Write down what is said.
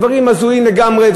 דברים הזויים לגמרי,